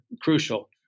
crucial